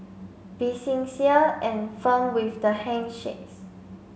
be sincere and firm with the handshakes